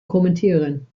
kommentieren